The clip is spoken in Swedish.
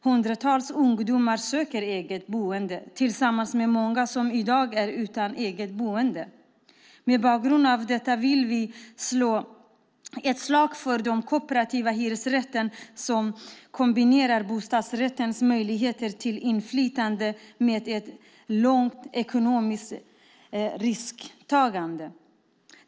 Hundratusentals ungdomar söker eget boende tillsammans med många som i dag är utan eget boende. Mot bakgrund av detta vill vi slå ett slag för den kooperativa hyresrätten, som kombinerar bostadsrättens möjligheter till inflytande med ett lågt ekonomiskt risktagande.